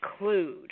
include